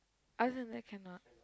other than that cannot